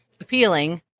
appealing